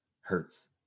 Hurts